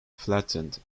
flattened